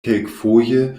kelkfoje